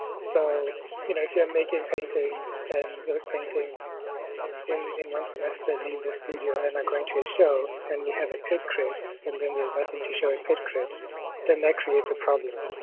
so you know if you're making paintings and those paintings in in one semester, leave the studio am i going to a show? and you have a pit crit and then there's nothing to show in pit crit then that creates a problem.